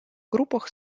группах